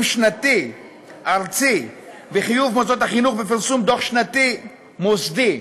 שנתי ארצי וחיוב מוסדות החינוך בפרסום דוח שנתי מוסדי,